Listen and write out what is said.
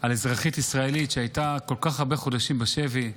על אזרחית ישראלית שהייתה כל כך הרבה חודשים בשבי,